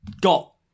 got